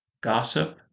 gossip